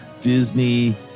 Disney